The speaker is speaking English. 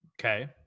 Okay